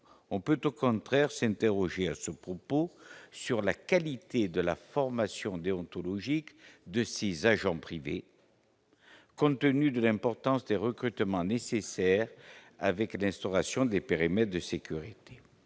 on peut au contraire s'interroger à ce propos sur la qualité de la formation déontologique de 6 agents privés. Compte tenu de l'importance des recrutements nécessaires avec l'instauration des périmètres de sécurité,